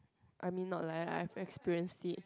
I mean not like I'm experiencing